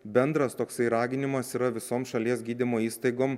bendras toksai raginimas yra visoms šalies gydymo įstaigom